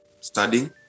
studying